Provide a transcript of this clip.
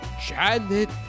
Janet